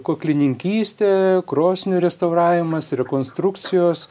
koklininkystė krosnių restauravimas rekonstrukcijos